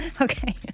Okay